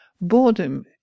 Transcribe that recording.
Boredom